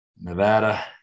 Nevada